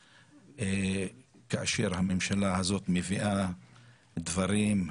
אבל כאשר הממשלה הזאת מביאה דברים,